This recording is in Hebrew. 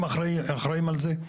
הם אחראיים על זה,